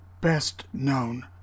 best-known